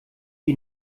wie